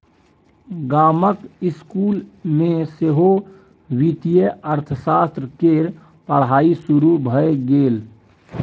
गामक इसकुल मे सेहो वित्तीय अर्थशास्त्र केर पढ़ाई शुरू भए गेल